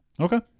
Okay